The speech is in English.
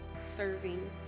serving